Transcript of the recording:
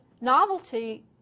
novelty